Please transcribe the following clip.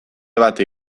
bati